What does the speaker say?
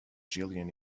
jillian